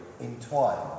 entwined